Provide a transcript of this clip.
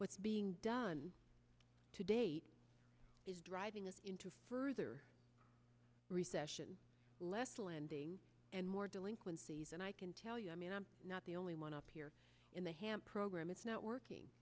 what's being done to date is driving us into further recession less lending and more delinquencies and i can tell you i mean i'm not the only one up here in the ham program it's not